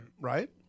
right